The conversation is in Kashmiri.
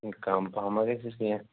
ہَے کَم پہم ما گژھٮ۪س کیٚنٛہہ